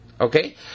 Okay